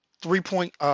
three-point